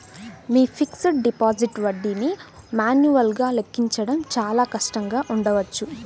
మీ fixed deposit వడ్డీని మాన్యువల్గా లెక్కించడం చాలా కష్టంగా ఉండవచ్చు